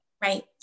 Right